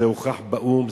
זה הוכח באו"ם,